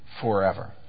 forever